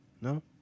No